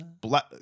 Black